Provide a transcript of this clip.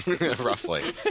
roughly